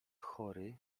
chory